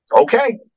okay